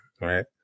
right